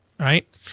Right